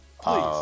please